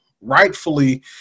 rightfully